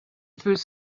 through